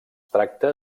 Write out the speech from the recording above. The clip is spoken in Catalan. tracta